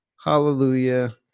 Hallelujah